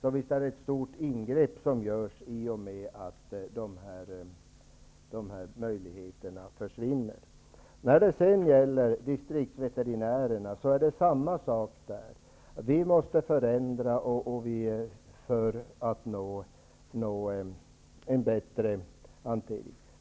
När dessa möjligheter försvinner gör man ett stort ingrepp. Samma sak gäller för distriktsveterinärerna. Vi måste förändra för att nå en bättre hantering.